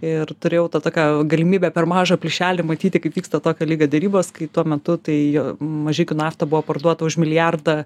ir turėjau tą tokią galimybę per mažą plyšelį matyti kaip vyksta tokio lygio derybos kai tuo metu tai mažeikių nafta buvo parduota už milijardą